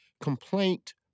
complaint